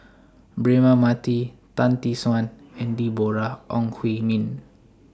Braema Mathi Tan Tee Suan and Deborah Ong Hui Min